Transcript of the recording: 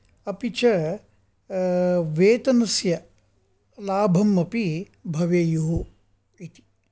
अपि च वेतनस्य लाभं अपि भवेयुः इति